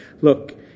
Look